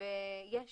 יש